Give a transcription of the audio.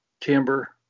timber